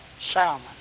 salmon